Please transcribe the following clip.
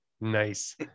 nice